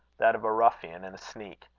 that of a ruffian and a sneak.